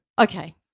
Okay